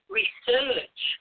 research